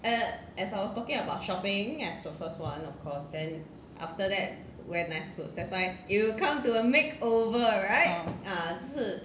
uh